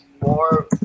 more